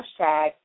hashtag